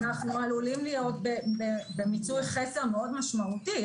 אנחנו עלולים להיות במיצוי חסר מאוד משמעותי.